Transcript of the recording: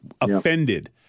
Offended